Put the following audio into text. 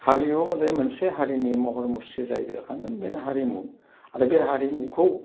हारिमु जाय मोनसे हारिनि महर मुस्रि जाय बेरखांगोन बेनो हारिमु आरो बे हारिमुखौ